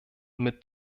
mit